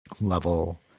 level